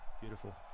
Beautiful